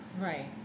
right